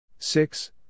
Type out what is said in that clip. Six